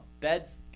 beds